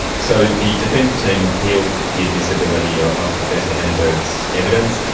so the defence team appealed the admissibility ah of professor henneberg's evidence.